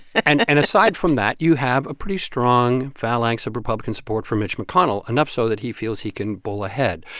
and and aside from that, you have a pretty strong phalanx of republican support for mitch mcconnell, enough so that he feels he can bowl ahead.